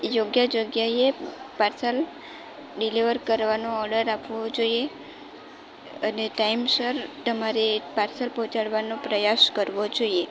યોગ્ય જગ્યાએ parcel deliver કરવાનો ઓર્ડર આપવો જોઈએ અને ટાઇમસર તમારે પાર્સલ પહોંચાડવાનો પ્રયાસ કરવો જોઈએ